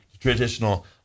traditional